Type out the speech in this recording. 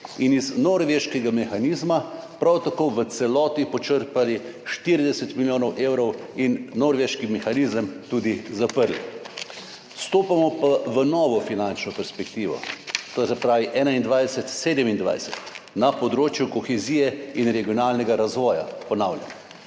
Iz norveškega mehanizma smo prav tako v celoti počrpali 40 milijonov evrov in norveški mehanizem tudi zaprli. Vstopamo pa v novo finančno perspektivo na področju kohezije in regionalnega razvoja, to